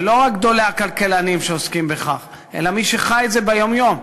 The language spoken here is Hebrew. ולא רק גדולי הכלכלנים שעוסקים בכך אלא מי שחי את זה ביום-יום,